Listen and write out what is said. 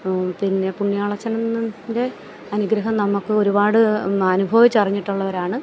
പിന്നെ പുണ്യാളച്ചൻ്റെ അനുഗ്രഹം നമുക്ക് ഒരുപാട് അനുഭവിച്ച് അറിഞ്ഞിട്ടുള്ളവരാണ്